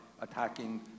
attacking